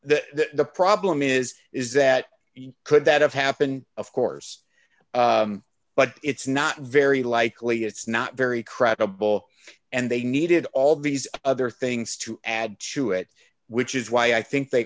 that the problem is is that you could that have happened of course but it's not very likely it's not very credible and they needed all these other things to add to it which is why i think they